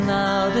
now